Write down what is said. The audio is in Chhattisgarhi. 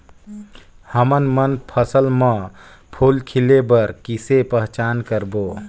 हमन मन फसल म फूल खिले बर किसे पहचान करबो?